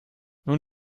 nun